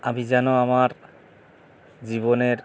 আমি যেন আমার জীবনের